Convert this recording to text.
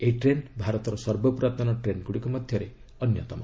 ଏହି ଟ୍ରେନ୍ ଭାରତର ସର୍ବପୁରାତନ ଟ୍ରେନ୍ଗୁଡ଼ିକ ମଧ୍ୟରେ ଅନ୍ୟତମ